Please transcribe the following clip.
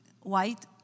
white